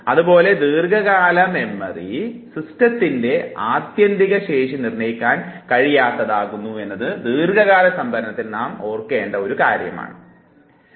അതുപോലെ ദീർഘകാല മെമ്മറി സിസ്റ്റത്തിൻറെ ആത്യന്തിക ശേഷി നിർണ്ണയിക്കാൻ കഴിയാത്തതാകുന്നു എന്നത് ദീർഘകാല സംഭരണത്തിൽ നാം ഓർക്കേണ്ടതായ ഒരു കാര്യമാവുന്നു